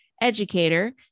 educator